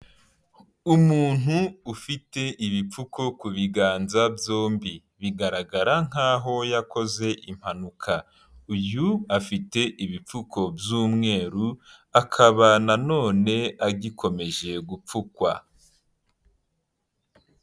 Umuntu ufite ibipfuko ku biganza byombi, bigaragara nk'aho yakoze impanuka, uyu afite ibipfuko by'umweru, akaba nanone agikomeje gupfukwa.